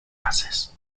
classes